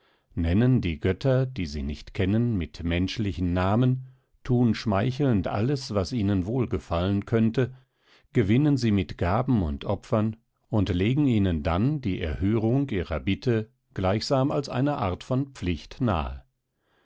nennen die götter die sie nicht kennen mit menschlichen namen thun schmeichelnd alles was ihnen wohlgefallen könnte gewinnen sie mit gaben und opfern und legen ihnen dann die erhörung ihrer bitte gleichsam als eine art von pflicht nahe